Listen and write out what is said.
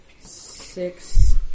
six